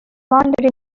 commander